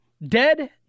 Dead